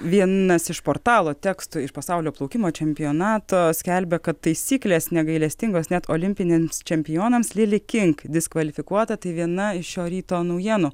vienas iš portalo tekstų iš pasaulio plaukimo čempionato skelbia kad taisyklės negailestingos net olimpiniams čempionams lili king diskvalifikuota tai viena iš šio ryto naujienų